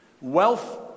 wealth